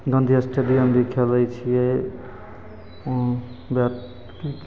गाँधी एस्टेडियममे भी खेलै छिए बैट किरकेट